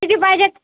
किती पाहिजे आहेत